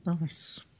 nice